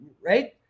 right